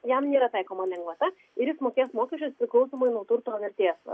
jam nėra taikoma lengvata ir jis mokės mokesčius priklausomai nuo turto vertės